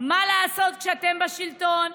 מה לעשות כשאתם השלטון?